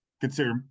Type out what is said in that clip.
consider